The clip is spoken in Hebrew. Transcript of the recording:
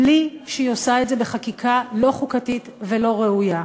בלי שהיא עושה את זה בחקיקה לא חוקתית ולא ראויה.